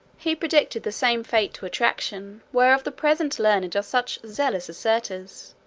he predicted the same fate to attraction, whereof the present learned are such zealous asserters.